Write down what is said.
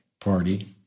party